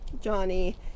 Johnny